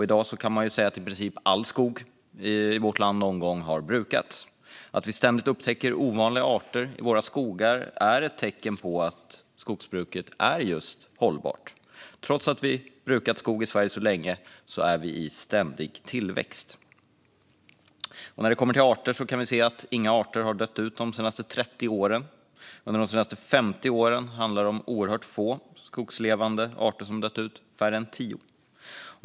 I dag kan man säga att i princip all skog i vårt land någon gång har brukats. Att vi ständigt upptäcker ovanliga arter i våra skogar är ett tecken på att skogsbruket är hållbart. Trots att vi brukat skog i Sverige så länge har vi ständig tillväxt. När det gäller arter kan vi se att inga arter har dött ut de senaste 30 åren. Under de senaste 50 åren handlar det om oerhört få skogslevande arter som dött ut, färre än tio.